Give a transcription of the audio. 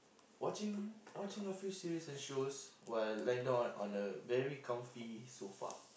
watching watching a few series and shows while liying down on on a very comfy sofa